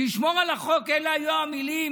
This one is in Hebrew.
תשמור על החוק, אלו היו המילים.